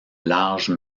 larges